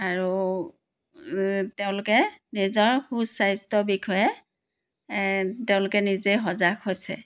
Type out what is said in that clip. আৰু তেওঁলোকে নিজৰ সুস্বাস্থ্য বিষয়ে তেওঁলোকে নিজে সজাগ হৈছে